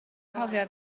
cofio